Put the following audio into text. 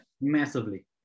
massively